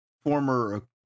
former